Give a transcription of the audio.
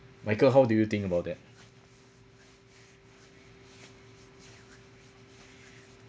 michael how do you think about that